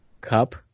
Cup